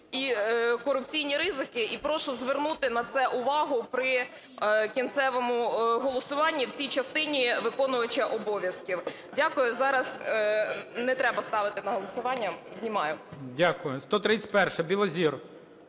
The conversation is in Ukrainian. і корупційні ризики. І прошу звернути на це увагу при кінцевому голосуванні в цій частині виконувача обов'язків. Дякую. Зараз не треба ставити на голосування. Знімаю. ГОЛОВУЮЧИЙ. Дякую. 131-а, Білозір.